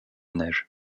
neige